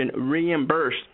reimbursed